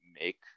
make